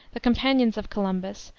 the companions of columbus,